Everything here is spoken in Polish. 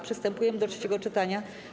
Przystępujemy do trzeciego czytania.